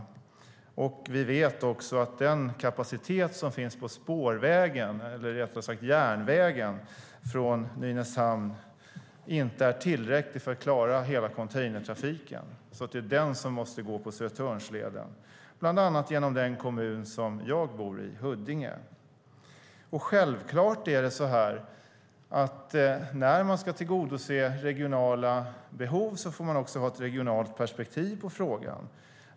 Den kapacitet som finns på järnvägen från Nynäshamn är inte tillräcklig för att klara hela containertrafiken. Det är den som måste gå på Södertörnsleden, bland annat genom den kommun som jag bor i, Huddinge. När man ska tillgodose regionala behov är det självklart att man också ska ha ett regionalt perspektiv på frågan.